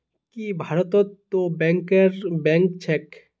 की भारतत तो बैंकरेर बैंक छेक